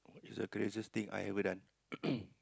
is a craziest thing I ever done